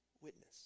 witness